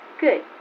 Good